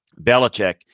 Belichick